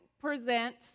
present